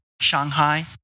Shanghai